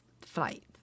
flight